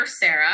Sarah